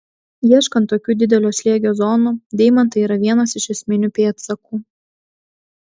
ieškant tokių didelio slėgio zonų deimantai yra vienas iš esminių pėdsakų